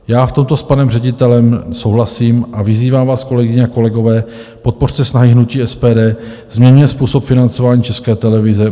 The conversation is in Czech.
Já v tomto s panem ředitelem souhlasím a vyzývám vás, kolegyně a kolegové, podpořte snahy hnutí SPD, změňme způsob financování České televize.